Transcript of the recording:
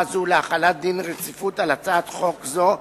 זו להחלת דין רציפות על הצעת חוק זו,